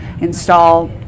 install